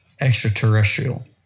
extraterrestrial